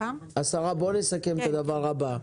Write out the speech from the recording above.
בואי נסכם את הדבר הבא.